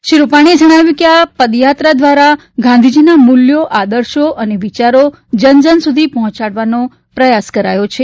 શ્રી રૂપાણીએ જણાવ્યું કે આ પદયાત્રા દ્વારા ગાંધીજીના મૂલ્યો આદર્શો વિયારો જનજન સુધી પહોંચાડવાનો પ્રયાસ કરાયો છે